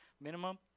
minimum